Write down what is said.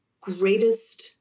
greatest